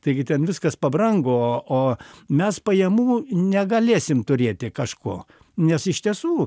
taigi ten viskas pabrango o o mes pajamų negalėsim turėti kažko nes iš tiesų